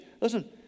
Listen